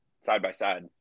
side-by-side